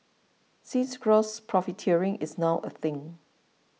since gross profiteering is now a thing